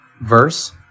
verse